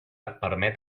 permet